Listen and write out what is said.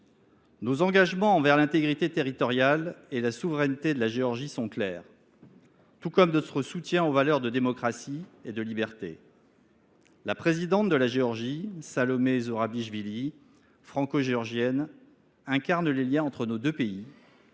Nos engagements concernant l’intégrité territoriale et la souveraineté de la Géorgie sont clairs, tout comme est manifeste notre soutien aux valeurs de démocratie et de liberté. La présidente de la Géorgie, Salomé Zourabichvili, franco géorgienne, incarne les liens entre nos deux pays